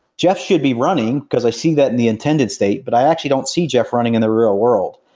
jeff should be running, because i see that in the intended state, but i actually don't see jeff running in the real world.